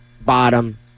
bottom